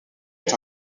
est